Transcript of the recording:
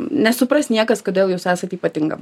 nesupras niekas kodėl jūs esat ypatinga